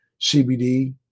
CBD